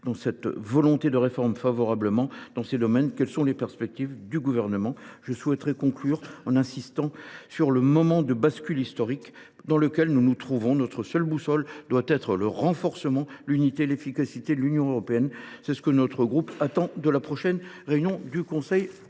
cette volonté de réforme. Dans ce domaine, monsieur le ministre, quelles sont les perspectives du Gouvernement ? Pour conclure, j’insiste sur le moment de bascule historique dans lequel nous nous trouvons. Notre seule boussole doit être le renforcement, l’unité et l’efficacité de l’Union européenne. C’est ce que notre groupe attend de la prochaine réunion du Conseil